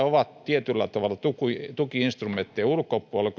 ovat tietyllä tavalla tuki tuki instrumenttien ulkopuolella